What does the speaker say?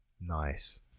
Nice